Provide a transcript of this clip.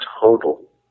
total